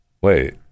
Wait